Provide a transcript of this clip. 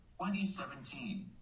2017